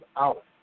out